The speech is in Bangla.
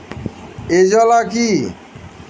এজোলা কি?